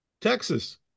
Texas